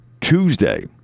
Tuesday